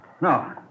No